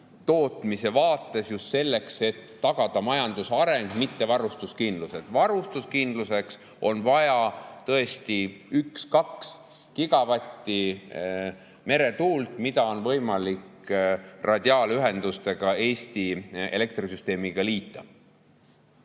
tootmise vaates just selleks, et tagada majanduse arengut, mitte ainult varustuskindlust. Varustuskindluse [tagamiseks] on vaja tõesti 1–2 gigavatti meretuult, mis oleks võimalik radiaalühenduste kaudu Eesti elektrisüsteemiga liita.